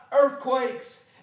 earthquakes